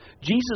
Jesus